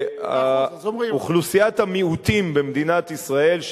אוכלוסיית המיעוטים במדינת ישראל,